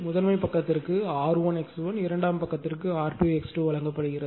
முதன்மை பக்கத்திற்கு R1 X1 இரண்டாம் பக்கத்திற்கு R2 X2 வழங்கப்படுகிறது